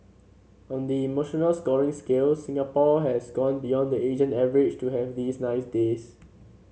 on the emotional scoring scale Singapore has gone beyond the Asian average to have these nice days